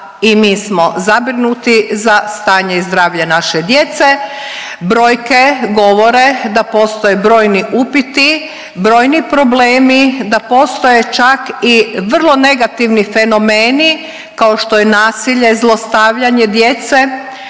i mi smo zabrinuti za stanje i zdravlje naše djece, brojke govore da postoje brojni upiti, brojni problemi, da postoje čak i vrlo negativni fenomeni kao što je nasilje, zlostavljanje djece